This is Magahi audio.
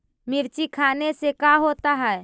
मिर्ची खाने से का होता है?